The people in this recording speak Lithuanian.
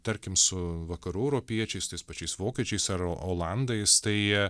tarkim su vakarų europiečiais tais pačiais vokiečiais ar olandais tai